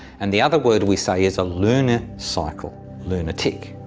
and the other word we say is a luna cycle luna-tic.